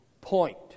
point